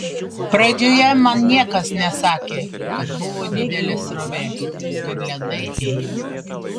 pradžioje man niekas nesakė kad buvo didelė srovė kad ledai ėjo